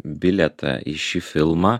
bilietą į šį filmą